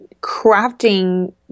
crafting